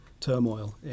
turmoil